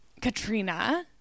Katrina